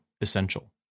essential